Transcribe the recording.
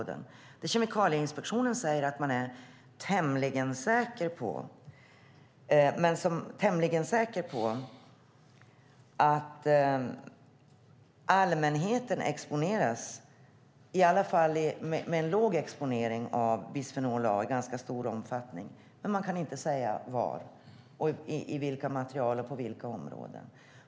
Det som Kemikalieinspektionen säger att man är tämligen säker på är att allmänheten exponeras, i alla fall en låg exponering, av bisfenol A i ganska stor omfattning. Men man kan inte säga i vilka material och på vilka områden.